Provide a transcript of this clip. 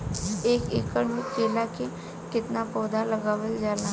एक एकड़ में केला के कितना पौधा लगावल जाला?